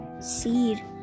seed